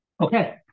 Okay